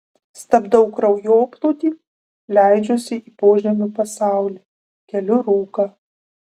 stabdau kraujoplūdį leidžiuosi į požemių pasaulį keliu rūką